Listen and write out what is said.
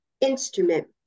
instrument